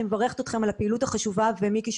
אני מברכת אתכם על הפעילות החשובה ומיקי,